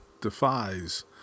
defies